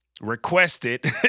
requested